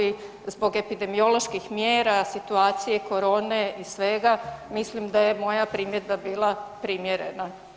I zbog epidemioloških mjera, situacije corone i svega mislim da je moja primjedba bila primjerena.